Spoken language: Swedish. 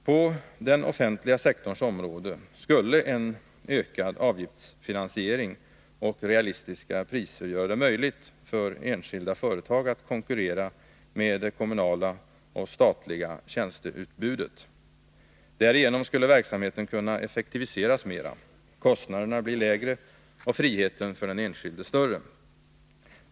På den offentliga sektorns område skulle en ökad avgiftsfinansiering och realistiska priser göra det möjligt för enskilda företag att konkurrera med det kommunala och statliga tjänsteutbudet. Därigenom skulle verksamheten kunna effektiviseras mera, kostnaderna bli lägre och friheten för den enskilde större.